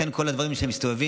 לכן כל הדברים שמסתובבים,